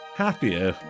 happier